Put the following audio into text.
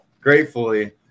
Gratefully